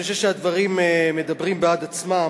אני חושב שהדברים מדברים בעד עצמם.